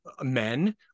Men